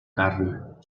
carn